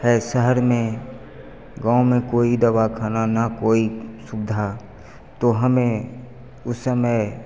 है शहर में गाँव में कोई दवाखाना ना कोई सुविधा तो हमें उस समय